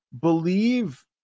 believe